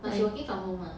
but she working from home lah